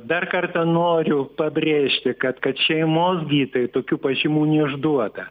dar kartą noriu pabrėžti kad kad šeimos gydytojai tokių pažymų neišduoda